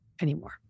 anymore